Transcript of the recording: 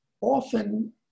often